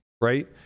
right